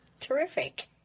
Terrific